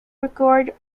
record